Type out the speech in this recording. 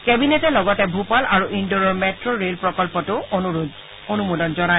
কেবিনেটে লগতে ভূপাল আৰু ইণ্ডোৰৰ মেট্ ৰেল প্ৰকল্পতো অনুমোদন জনায়